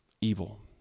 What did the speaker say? evil